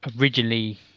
originally